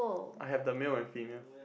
I have the male and female